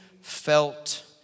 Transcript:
felt